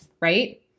right